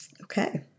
Okay